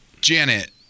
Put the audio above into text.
Janet